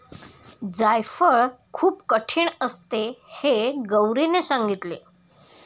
जायफळ खूप कठीण असते हे गौरीने सांगितले